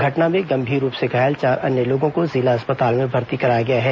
घटना में गंभीर रूप से घायल चार अन्य लोगों को जिला अस्पताल में भर्ती कराया गया है